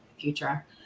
future